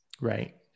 Right